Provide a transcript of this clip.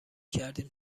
کردیم